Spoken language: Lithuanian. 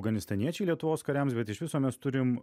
afganistaniečiai lietuvos kariams bet iš viso mes turim